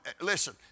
Listen